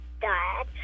dad